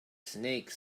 snake